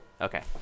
Okay